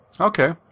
Okay